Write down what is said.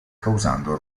causando